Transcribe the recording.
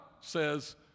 says